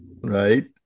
Right